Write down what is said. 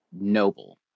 noble